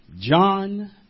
John